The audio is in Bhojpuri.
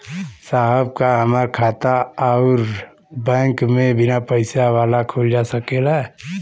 साहब का हमार खाता राऊर बैंक में बीना पैसा वाला खुल जा सकेला?